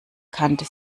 kannte